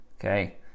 Okay